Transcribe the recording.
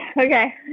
Okay